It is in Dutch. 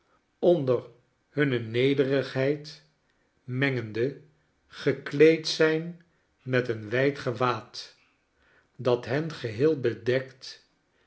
onder hunne nederigheid mengende gekleed zijn met een wijd gewaad dat hen geheel bedekt